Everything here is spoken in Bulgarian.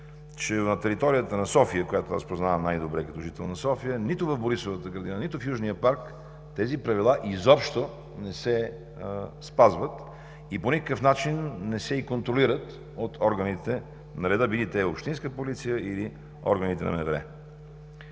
че на територията на София, която аз познавам най-добре като жител на София, нито в Борисовата градина, нито в Южния парк тези правила изобщо не се спазват и по никакъв начин не се и контролират от органите на реда, били те Общинска полиция или органите на